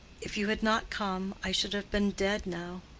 if you had not come, i should have been dead now.